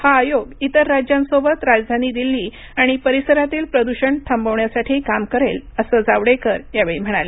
हा आयोग इतर राज्यांसोबत राजधानी दिल्ली आणि परिसरातील प्रदूषण थांबवण्यासाठी काम करेल असं जावडेकर म्हणाले